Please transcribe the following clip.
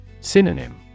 Synonym